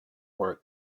work